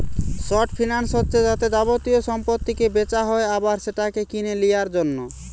short finance হচ্ছে যাতে যাবতীয় সম্পত্তিকে বেচা হয় আবার সেটাকে কিনে লিয়ার জন্যে